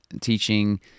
teaching